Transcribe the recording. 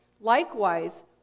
Likewise